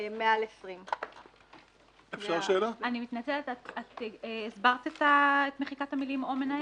מעל 20. הסברת את מחיקת המילים "או מנהל"?